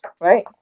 right